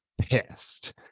pissed